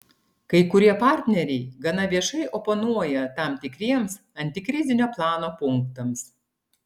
kai kurie partneriai gana viešai oponuoja tam tikriems antikrizinio plano punktams